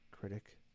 Critic